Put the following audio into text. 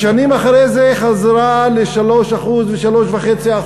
בשנים אחרי זה חזרה ל-3% ו-3.5%,